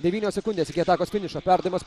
devynios sekundės iki atakos finišo perdavimas